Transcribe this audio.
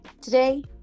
today